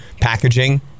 packaging